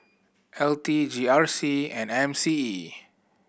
L T G R C and M C E